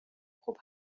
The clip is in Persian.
خوب